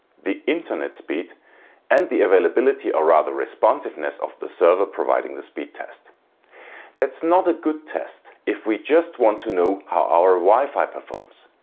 the internet speed and the availability or rather responsiveness of the server providing the speedtest. that's not a good test if we just want to know how our wifi performs.